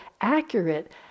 accurate